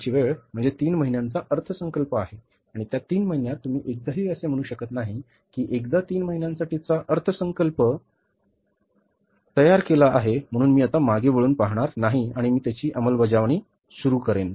आमची वेळ म्हणजे तीन महिन्यांचा अर्थसंकल्प आहे आणि त्या तीन महिन्यांत तुम्ही एकदाही असे म्हणू शकत नाही की एकदा तीन महिन्यांसाठी अर्थसंकल्प तयार केला आहे म्हणून मी आता मागे वळून पाहू शकणार नाही आणि मी त्याची अंमलबजावणी सुरू करेन